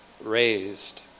raised